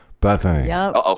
Bethany